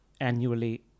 annually